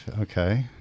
Okay